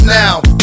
now